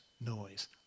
noise